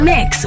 Mix